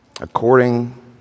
according